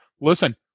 listen